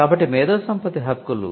కాబట్టి మేధో సంపత్తి హక్కులు